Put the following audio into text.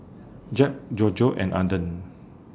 Jeb Georgette and Arden